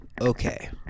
Okay